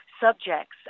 subjects